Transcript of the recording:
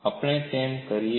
આપણે તે કેમ કરીએ